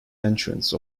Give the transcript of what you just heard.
entrance